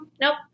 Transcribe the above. nope